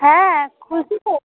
হ্যাঁ খুলছি তো